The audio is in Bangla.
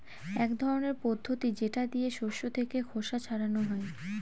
এক ধরনের পদ্ধতি যেটা দিয়ে শস্য থেকে খোসা ছাড়ানো হয়